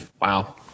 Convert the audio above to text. Wow